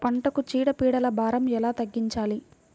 పంటలకు చీడ పీడల భారం ఎలా తగ్గించాలి?